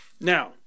Now